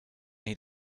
need